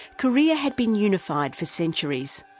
korea had been unified for centuries,